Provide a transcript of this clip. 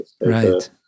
Right